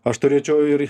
aš turėčiau ir